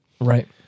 Right